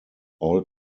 all